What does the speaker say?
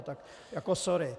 Tak jako sorry.